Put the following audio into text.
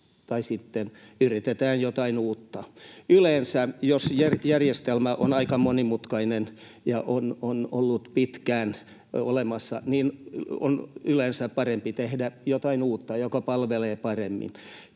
tai sitten yritetään jotain uutta. Yleensä jos järjestelmä on aika monimutkainen ja ollut pitkään olemassa, niin on yleensä parempi tehdä jotain uutta, joka palvelee paremmin.